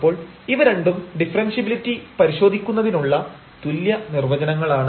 അപ്പോൾ ഇവ രണ്ടും ഡിഫറൻഷ്യബിലിറ്റി പരിശോധിക്കുന്നതിനുള്ള തുല്യ നിർവചനങ്ങളാണ്